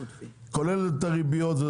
כולל את הריביות.